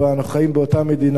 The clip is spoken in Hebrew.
אנחנו חיים באותה מדינה,